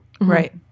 Right